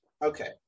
Okay